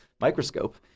microscope